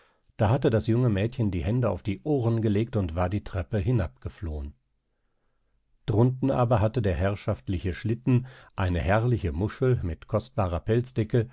da hatte das junge mädchen die hände auf die ohren gelegt und war die treppe hinabgeflohen drunten aber hatte der herrschaftliche schlitten eine herrliche muschel mit kostbarer